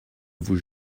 vous